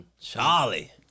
Charlie